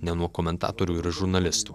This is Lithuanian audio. ne nuo komentatorių ir žurnalistų